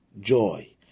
joy